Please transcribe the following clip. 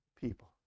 people